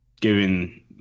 given